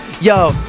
Yo